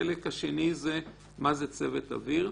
החלק השני זה מה זה צוות אוויר.